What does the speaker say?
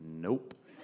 nope